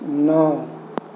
नओ